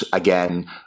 Again